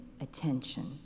attention